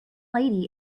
lady